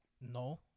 No